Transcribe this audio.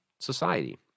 society